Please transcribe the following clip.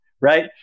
right